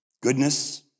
goodness